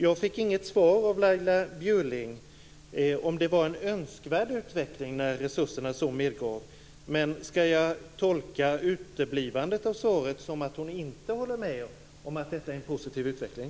Jag fick inget svar av Laila Bjurling om det var en önskvärd utveckling när resurserna så medgav. Skall jag tolka det uteblivna svaret som att hon inte håller med om att detta är en positiv utveckling?